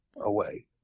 away